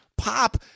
Pop